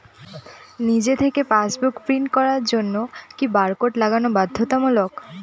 নিজে থেকে passbook print করার জন্য কি বারকোড লাগানো বাধ্যতামূলক?